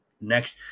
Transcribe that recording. next